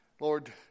Lord